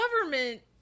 government